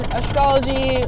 astrology